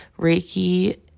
reiki